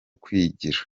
kwigira